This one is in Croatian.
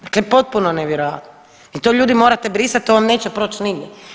Dakle potpuno nevjerojatno i to ljudi morate brisati, to vam neće proći nigdje.